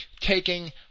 taking